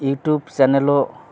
YouTube চানেলও